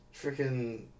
freaking